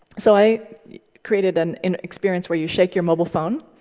so i created an an experience where you shake your mobile phone.